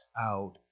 out